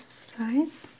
size